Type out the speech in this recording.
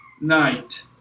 night